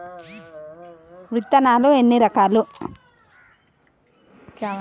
విత్తనాలు ఎన్ని రకాలు?